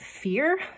fear